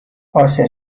عاصف